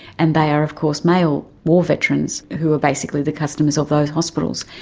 and they are of course male war veterans who are basically the customers of those hospitals.